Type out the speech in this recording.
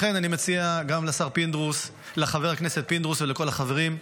לכן אני מציע גם לחבר הכנסת פינדרוס ולכל החברים: